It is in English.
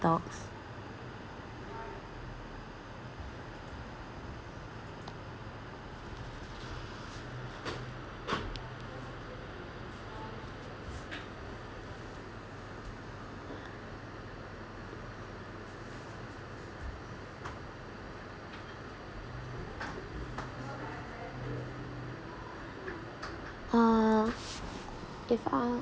uh if ah